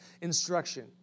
instruction